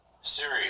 Siri